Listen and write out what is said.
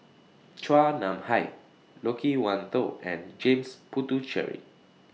Chua Nam Hai Loke Wan Tho and James Puthucheary